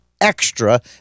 extra